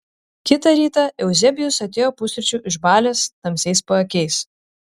kitą rytą euzebijus atėjo pusryčių išbalęs tamsiais paakiais